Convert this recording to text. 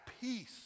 peace